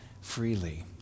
freely